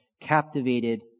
captivated